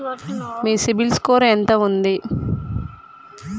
మీ CIBIL score ఎంత ఉంది?